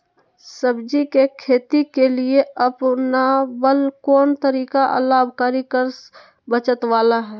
सब्जी के खेती के लिए अपनाबल कोन तरीका लाभकारी कर बचत बाला है?